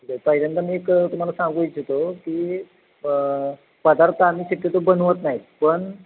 पहिल्यांदा मी एक तुम्हाला सांगू इच्छितो की पदार्थ आम्ही शक्यतो बनवत नाहीत पण